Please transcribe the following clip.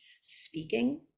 speaking